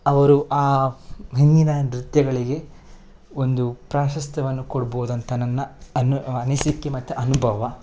ಅವರು ಆ ಹಿಂದಿನ ನೃತ್ಯಗಳಿಗೆ ಒಂದು ಪ್ರಾಶಸ್ತ್ಯವನ್ನು ಕೊಡ್ಬೋದಂತ ನನ್ನ ಅನ್ನು ಅನಿಸಿಕೆ ಮತ್ತು ಅನುಭವ